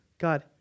God